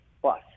plus